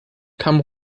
kamen